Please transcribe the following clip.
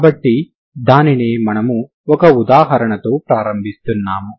కాబట్టి దానినే మనము ఒక ఉదాహరణతో ప్రారంభిస్తున్నాము